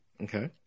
Okay